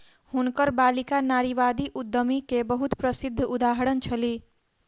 हुनकर बालिका नारीवादी उद्यमी के बहुत प्रसिद्ध उदाहरण छली